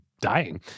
dying